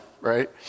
right